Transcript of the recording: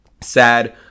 Sad